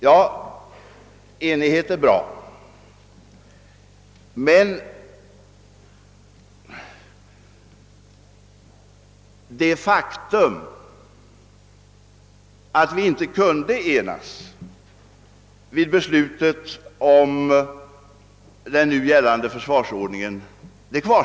Ja, enighet är bra, men det faktum kvarstår, att vi inte kunde enas vid beslutet om den nu gällande försvarsordningen.